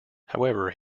however